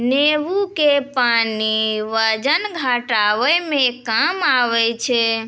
नेंबू के पानी वजन घटाबै मे काम आबै छै